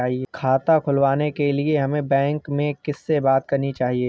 खाता खुलवाने के लिए हमें बैंक में किससे बात करनी चाहिए?